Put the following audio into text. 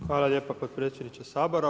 Hvala lijepa potpredsjedniče Sabora.